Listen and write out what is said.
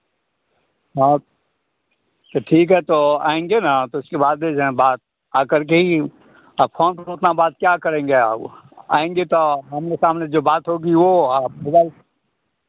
हाँ तो ठीक है तो आएँगे ना तो उसके बाद ही जाे हैं बात आकर के ही अब फोन पर उतना बात क्या करेंगे अब आएँगे तो आमने सामने जो बात होगी वो आ प्लस